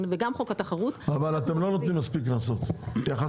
וגם של חוק התחרות --- אבל אתם לא נותנים מספיק קנסות יחסית.